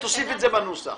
תוסיפי את זה בנוסח.